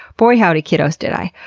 boy howdy kiddos, did i.